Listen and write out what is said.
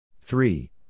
Three